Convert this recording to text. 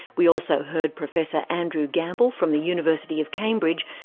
we also heard professor andrew gamble from the university of cambridge,